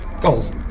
Goals